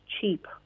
cheap